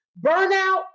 Burnout